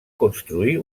construir